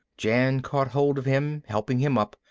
jan caught hold of him, helping him up.